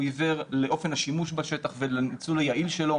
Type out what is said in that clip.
הוא עיוור לאופן השימוש בשטח ולניצול היעיל שלו.